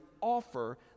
offer